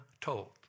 told